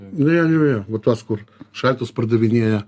nu jo jo jo va tos kur šaldytus pardavinėja